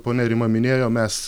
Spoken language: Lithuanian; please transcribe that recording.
ponia rima minėjo mes